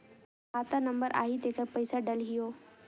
खाता नंबर आही तेकर पइसा डलहीओ?